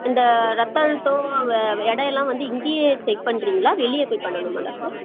இந்த ரத்த அழுத்தம் வ எடையெலாம் வந்து இங்கேயே செக் பண்ணுறிங்களா வெளியே போய் பண்ணணுமா டாக்டர்